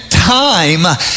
Time